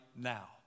now